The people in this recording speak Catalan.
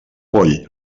poll